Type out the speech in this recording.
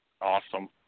Awesome